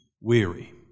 weary